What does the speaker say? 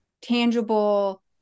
tangible